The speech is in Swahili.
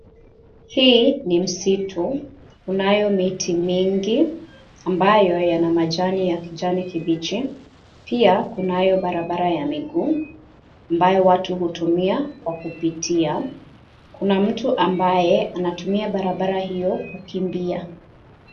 Hii ni msitu, kunayo miti mingi ambayo yana majani ya kijani kibichi pia kunayo barabara ya miguu ambayo watu hutumia kwa kupitia. Kuna mtu ambaye anatumia barabara hiyo kukimbia.